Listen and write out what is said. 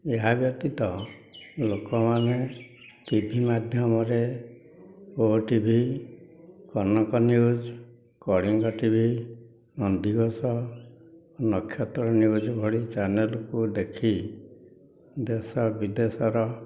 ଏହା ବ୍ୟତୀତ ଲୋକମାନେ ଟିଭି ମାଧ୍ୟମରେ OTV Kanak news Kalinga TV Nandighosh Nakshatra news ଭଳି ଚାନେଲ କୁ ଦେଖି ଦେଶ ବିଦେଶର